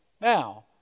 Now